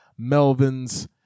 Melvins